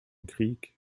krieg